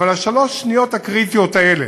אבל השלוש-שניות הקריטיות האלה,